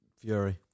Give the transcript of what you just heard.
Fury